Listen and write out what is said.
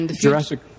Jurassic